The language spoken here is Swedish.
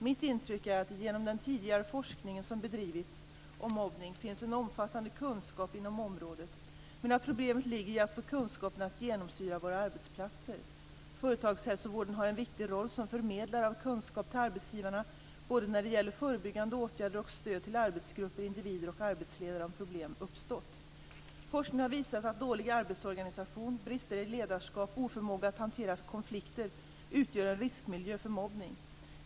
Mitt intryck är att det genom den tidigare forskning som bedrivits om mobbning finns en omfattande kunskap inom området, men att problemet ligger i att få kunskapen att genomsyra våra arbetsplatser. Företagshälsovården har en viktig roll som förmedlare av kunskap till arbetsgivarna både när det gäller förebyggande åtgärder och stöd till arbetsgrupper, individer och arbetsledare om problem uppstått. Forskning har visat att dålig arbetsorganisation, brister i ledarskap och oförmåga att hantera konflikter utgör en riskmiljö för mobbning.